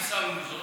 יישמנו זאת,